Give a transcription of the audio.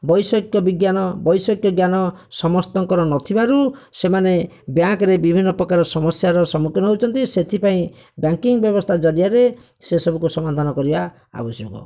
ବୈଷୟିକ ବିଜ୍ଞାନ ବୈଷୟିକ ଜ୍ଞାନ ସମସ୍ତଙ୍କର ନଥିବାରୁ ସେମାନେ ବ୍ୟାଙ୍କର ବିଭିନ୍ନ ପ୍ରକାର ସମସ୍ୟାର ସମ୍ମୁଖିନ ହେଉଛନ୍ତି ସେଥିପାଇଁ ବ୍ୟାଙ୍କିଙ୍ଗ ବ୍ୟବସ୍ଥା ଜରିଆରେ ସେସବୁକୁ ସମାଧାନ କରିବା ଆବଶ୍ୟକ